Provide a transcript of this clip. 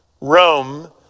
Rome